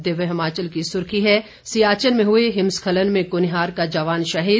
दिव्य हिमाचल की सुर्खी है सियाचिन में हुए हिमस्खलन में कुनिहार का जवान शहीद